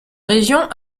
région